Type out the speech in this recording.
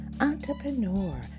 entrepreneur